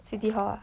City Hall ah